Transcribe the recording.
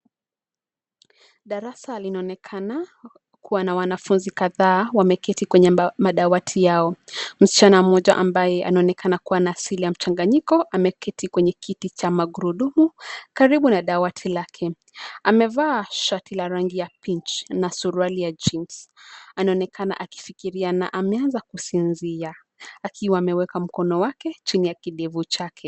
Darasa linaonekana kuwa na wanafunzi kadhaa wameketi kwenye madawati yao. Msichana mmoja ambaye anaokena kuwa na asili ya mchanganyiko ameketi kwenye kiti cha magurudumu karibu na dawati lake amevaa shati la rangi ya peach na suruali ya jeans anaonekana akifikiria na anaanza kusinsizia akiwa ameweka mkono wake chini ya kidevu chake.